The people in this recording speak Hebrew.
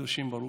הקדושים ברוך.